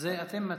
את זה אתם מציעים?